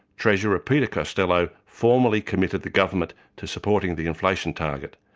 treasurer peter costello formally committed the government to supporting the inflation target,